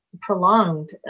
prolonged